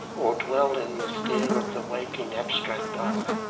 or dwell in the stare of the waking abstracted eye.